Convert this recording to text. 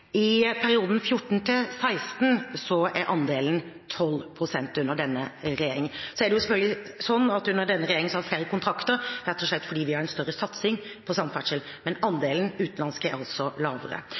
I perioden 2014–2016, under denne regjeringen, er andelen 12 pst. Så er det selvfølgelig sånn at under denne regjeringen er det flere kontrakter, rett og slett fordi vi har en større satsing på samferdsel, men